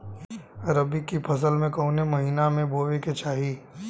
रबी की फसल कौने महिना में बोवे के चाही?